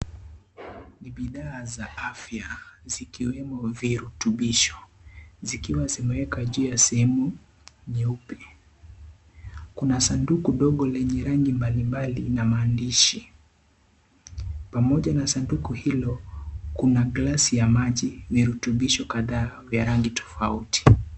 Ni bidhaa za afya zikiwemo virutubisho zikiwa zimewekwa juu ya sehemu nyeupe kuna sanduku dogo lenye rangi mbali mbali na maandishi pamoja na sanduku hili kuna glasi ya maji ,virutubisho kadhaa vya rangi tofauti.